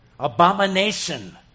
Abomination